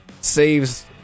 Saves